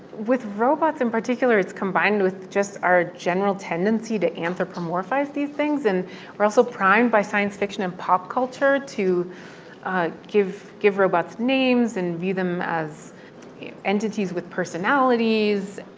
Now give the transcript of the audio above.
with robots in particular, it's combined with just our general tendency to anthropomorphize these things. and we're also primed by science fiction and pop culture to give give robots names and view them as entities with personalities.